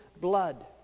blood